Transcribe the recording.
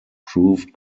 proved